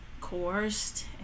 coerced